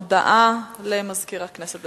הודעה למזכיר הכנסת.